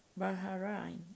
Bahrain